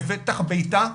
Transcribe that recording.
בפתח ביתה.